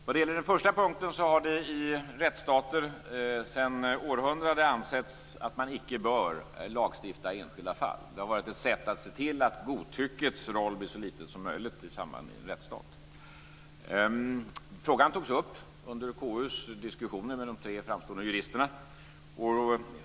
Vad gäller den första punkten har det i rättsstater sedan århundraden ansetts att man icke bör lagstifta i enskilda fall. Det har varit ett sätt att se till att godtyckets roll blir så liten så möjligt i en rättsstat. Frågan togs upp under KU:s diskussioner med de tre framstående juristerna.